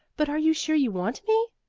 but are you sure you want me?